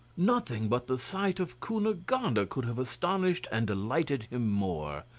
nothing but the sight of cunegonde ah could have astonished and delighted him more.